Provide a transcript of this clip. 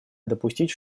допустить